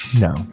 No